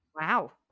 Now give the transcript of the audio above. Wow